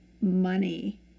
money